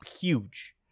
huge